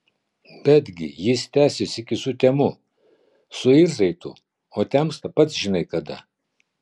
betgi jis tęsis iki sutemų suirzai tu o temsta pats žinai kada